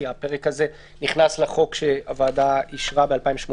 כי הפרק הזה נכנס לחוק שהוועדה אישרה ב-2018.